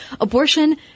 abortion